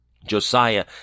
Josiah